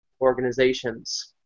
organizations